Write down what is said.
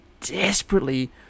desperately